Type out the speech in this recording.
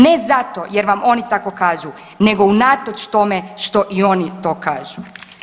Ne zato jer vam oni tako kažu, nego unatoč tome što i oni to kažu.